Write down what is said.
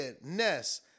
Ness